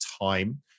time